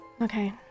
Okay